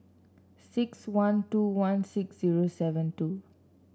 six one two one six zero seven two